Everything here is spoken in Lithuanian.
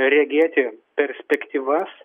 regėti perspektyvas